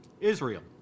Israel